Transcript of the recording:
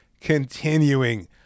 Continuing